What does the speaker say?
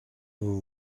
vous